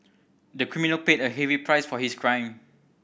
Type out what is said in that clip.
the criminal paid a heavy price for his crime